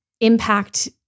impact